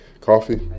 Coffee